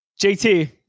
jt